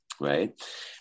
right